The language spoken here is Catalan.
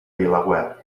vilaweb